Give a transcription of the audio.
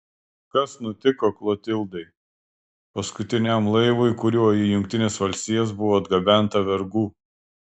kas nutiko klotildai paskutiniam laivui kuriuo į jungtines valstijas buvo atgabenta vergų